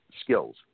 skills